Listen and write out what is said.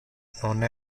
non